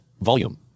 Volume